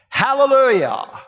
hallelujah